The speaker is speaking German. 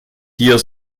hier